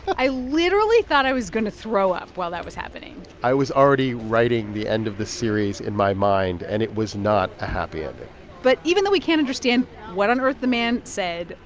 i literally thought i was going to throw up while that was happening i was already writing the end of the series in my mind, and it was not a happy ending but even though we can't understand what on earth the man said,